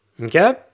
Okay